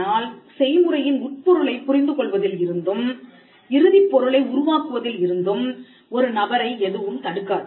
ஆனால் செய்முறையின் உட்பொருளைப் புரிந்து கொள்வதில் இருந்தும் இறுதிப் பொருளை உருவாக்குவதில் இருந்தும் ஒரு நபரை எதுவும் தடுக்காது